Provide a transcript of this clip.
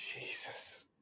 Jesus